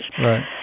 Right